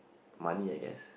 money I guess